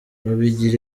babigira